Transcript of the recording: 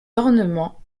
ornements